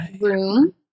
room